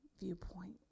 viewpoint